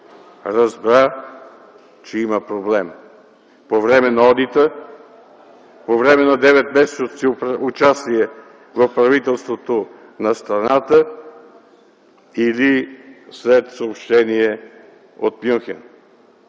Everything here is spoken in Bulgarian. разбра, че има проблем? По време на одита? По време на 9-месечното си участие в правителството на страната или след съобщение от Мюнхен?